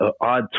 odd